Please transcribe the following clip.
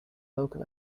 local